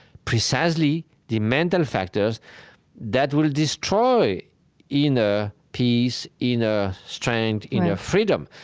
precisely the mental factors that will destroy inner peace, inner strength, inner freedom.